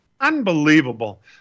Unbelievable